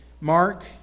Mark